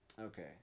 Okay